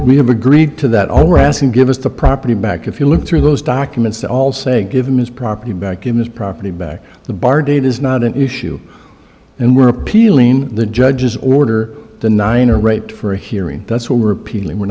we have agreed to that all we're asking give us the property back if you look through those documents they all say give him his property back in this property back the bar date is not an issue and we're appealing the judge's order the nine are right for a hearing that's what we're